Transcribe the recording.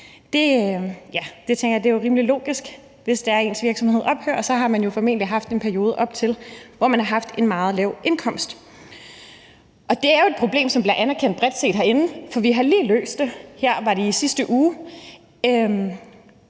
jo er rimelig logisk, altså at hvis en virksomhed ophører, har man formentlig haft en periode op til, hvor man har haft meget lav indkomst. Og det er jo et problem, som bredt set er blevet anerkendt forinden, for vi har lige løst det her i sidste uge,